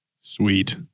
Sweet